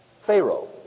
Pharaoh